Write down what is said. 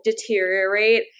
deteriorate